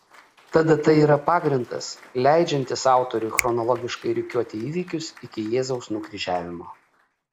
ta data yra pagrindas leidžiantis autoriui chronologiškai rikiuoti įvykius iki jėzaus nukryžiavimo